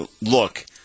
look